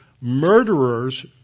murderers